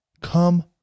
Come